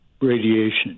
radiation